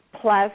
plus